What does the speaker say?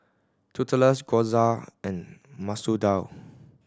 Tortillas Gyoza and Masoor Dal